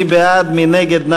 מי בעד, מי נגד?